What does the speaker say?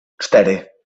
cztery